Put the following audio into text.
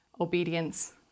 obedience